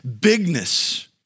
bigness